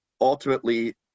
ultimately